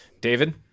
David